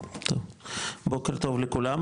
בוקר טוב לכולם,